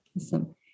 Awesome